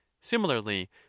similarly